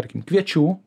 tarkim kviečių